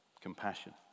Compassion